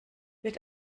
wird